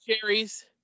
cherries